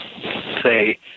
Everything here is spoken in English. say